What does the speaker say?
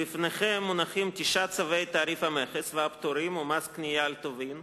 בפניכם מונחים תשעה צווי תעריף המכס והפטורים ומס קנייה על טובין,